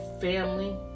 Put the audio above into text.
family